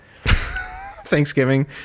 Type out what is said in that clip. Thanksgiving